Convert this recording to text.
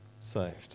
saved